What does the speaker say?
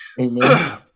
Amen